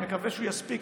אני מקווה שהוא יספיק,